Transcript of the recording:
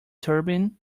turbine